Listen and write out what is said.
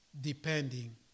depending